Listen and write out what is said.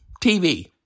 TV